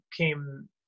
came